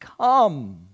come